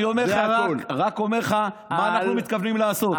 רק אומר לך מה אנחנו מתכוונים לעשות.